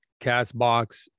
CastBox